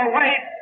wait